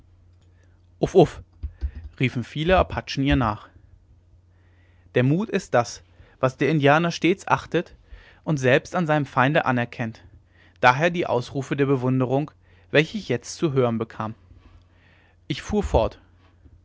riefen viele apachen ihr nach der mut ist das was der indianer stets achtet und selbst an seinem feinde anerkennt daher die ausrufe der bewunderung welche ich jetzt zu hören bekam ich fuhr fort